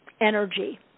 energy